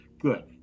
good